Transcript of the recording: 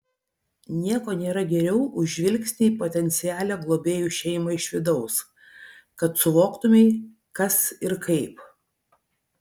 nieko nėra geriau už žvilgsnį į potencialią globėjų šeimą iš vidaus kad suvoktumei kas ir kaip